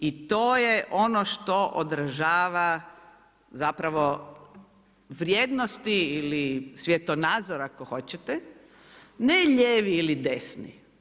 I to je ono što odražava zapravo vrijednosti ili svjetonazor ako hoćete, ne lijevi ili desni.